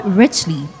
richly